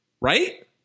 Right